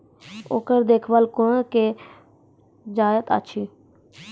ओकर देखभाल कुना केल जायत अछि?